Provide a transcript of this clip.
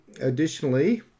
Additionally